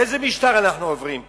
לאיזה משטר אנחנו עוברים פה?